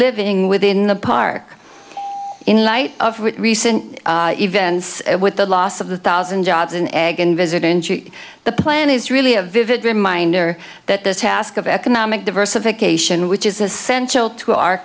living within the park in light of recent events with the loss of the thousand jobs an egg and visit into the plan is really a vivid reminder that this task of economic diversification which is essential to our